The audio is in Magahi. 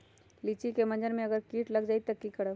लिचि क मजर म अगर किट लग जाई त की करब?